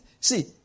See